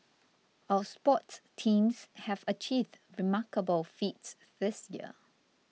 our sports teams have achieved remarkable feats this year